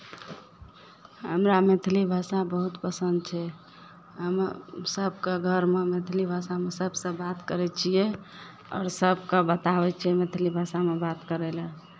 हमरा मैथिली भाषा बहुत पसन्द छै हमे सभके घरमे मैथिली भाषामे सभसँ बात करै छियै आओर सभकेँ बताबै छियै मैथिली भाषामे बात करय लेल